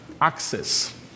access